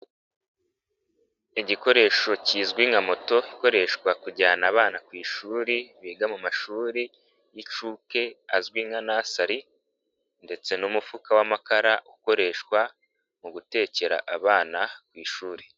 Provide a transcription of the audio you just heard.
Igikoresho kizwi nka moto ikoreshwa kujyana abana ku ishuri biga mu mashuri y'inshuke azwi nka nasari ndetse n'umufuka w'amakara ukoreshwa mu gutekera abana ku ishuri.